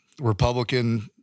Republican